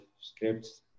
scripts